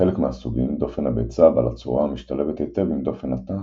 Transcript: ובחלק מהסוגים דופן הביצה בעלת צורה המשתלבת היטב עם דופן התא,